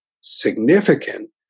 significant